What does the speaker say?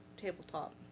tabletop